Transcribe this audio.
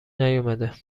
نیومده